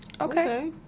Okay